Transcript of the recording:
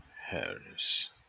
Harris